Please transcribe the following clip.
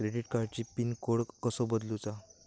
Credit कार्डची pin code कसो बदलुचा?